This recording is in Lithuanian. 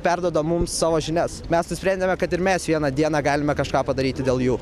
perduoda mums savo žinias mes nusprendėme kad ir mes vieną dieną galime kažką padaryti dėl jų